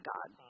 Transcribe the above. God